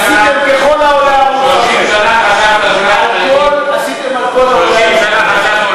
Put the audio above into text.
עשיתם ככל העולה על רוחכם, 30 שנה,